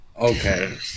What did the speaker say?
okay